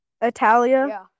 Italia